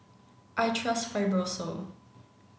I trust Fibrosol